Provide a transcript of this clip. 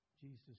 Jesus